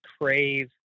crave